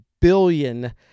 billion